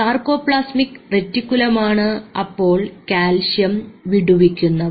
sarcoplasmic റെറ്റികുലമാണ് അപ്പോൾ calcium വിടുവിക്കുന്നവർ